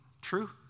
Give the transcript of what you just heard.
True